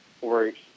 works